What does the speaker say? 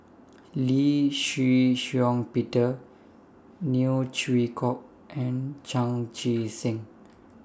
Lee Shih Shiong Peter Neo Chwee Kok and Chan Chee Seng